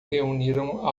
reuniram